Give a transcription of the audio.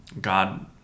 god